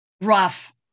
rough